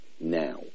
now